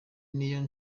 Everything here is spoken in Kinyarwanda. niyo